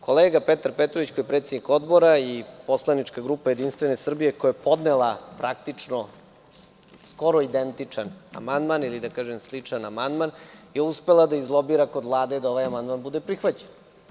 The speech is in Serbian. Kolega Petar Petrović, koji je predsednik Odbora, i poslanička grupa Jedinstvene Srbije, koja je praktično podnela skoro identičan amandman ili sličan amandman, je uspela da izlobira kod Vlade da ovaj amandman bude prihvaćen.